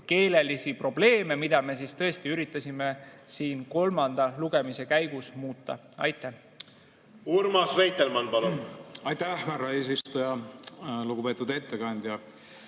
keelelisi probleeme, mida me tõesti üritasime siin kolmanda lugemise käigus muuta. Urmas Reitelmann, palun! Aitäh, härra eesistuja! Lugupeetud ettekandja!